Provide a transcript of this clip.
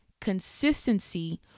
Consistency